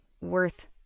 worth